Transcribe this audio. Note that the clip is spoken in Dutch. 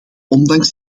ondanks